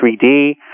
3D